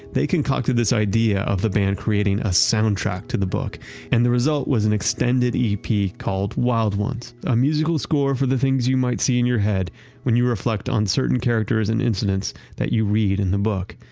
they concocted this idea of the band creating a soundtrack to the book and the result was an extended ep called wild ones a musical score for the things you might see in your head when you reflect on certain characters and incidents that you read in the book.